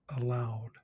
aloud